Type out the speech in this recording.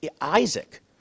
Isaac